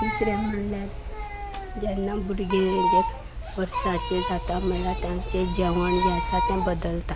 दुसरें म्हणल्यार जेन्ना भुरगें जें वर्साचें जाता म्हणल्यार तांचें जेवण जें आसा तें बदलता